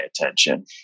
attention